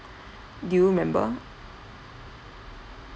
do you remember